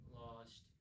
lost